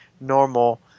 normal